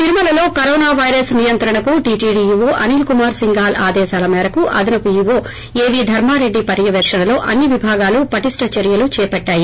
తిరుమలలో corona virus నియంత్రణకు TTD EO Anilkumar Singhal ఆదేశాల మేరకు అదనపు ఈవో ఏవీ ధర్మారెడ్డి పర్యవేకణలో అన్ని విభాగాలు పటిష్ణ చర్యలు చేపట్టాయి